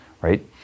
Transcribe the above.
right